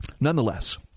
Nonetheless